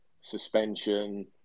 suspension